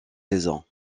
saison